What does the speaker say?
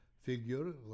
figure